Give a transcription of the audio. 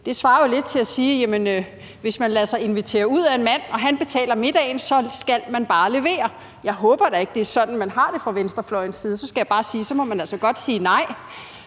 Det svarer jo lidt til at sige, at hvis man lader sig invitere ud af en mand og han betaler middagen, så skal man bare levere. Jeg håber da ikke, at det er sådan, man har det fra venstrefløjens side. Så skal jeg bare sige, at så må man altså godt sige nej.